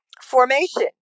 formation